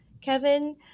Kevin